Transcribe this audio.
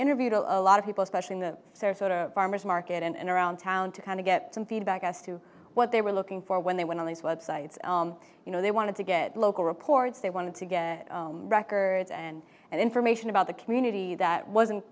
interviewed a lot of people especially in the sarasota farmers market and around town to kind of get some feedback as to what they were looking for when they went on these websites you know they wanted to get local records they wanted to get records and and information about the community that wasn't